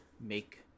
make